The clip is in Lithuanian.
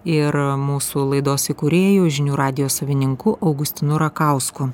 ir mūsų laidos įkūrėju žinių radijo savininku augustinu rakausku